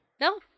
No